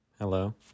Hello